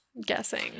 guessing